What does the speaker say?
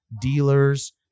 dealers